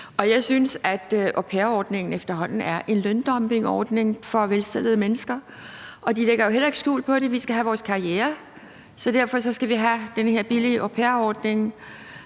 dag. Jeg synes, at au pair-ordningen efterhånden er en løndumpingordning for velstillede mennesker, og de lægger jo heller ikke skjul på det. De siger: Vi skal have vores karriere, så derfor skal vi have den her billige au pair-ordning.